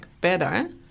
better